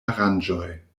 aranĝoj